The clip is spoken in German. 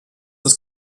das